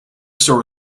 store